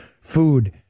food